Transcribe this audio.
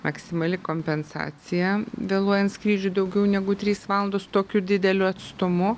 maksimali kompensacija vėluojant skrydžiui daugiau negu trys valandos tokiu dideliu atstumu